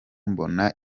mbona